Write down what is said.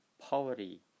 poverty